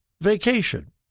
vacation